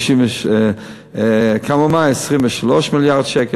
23 מיליארד שקל,